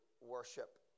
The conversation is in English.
worship